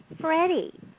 Freddie